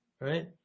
Right